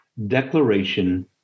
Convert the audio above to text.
Declaration